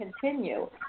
continue